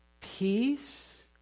peace